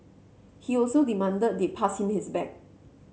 he also demanded they pass him his bag